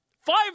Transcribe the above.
five